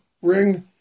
ring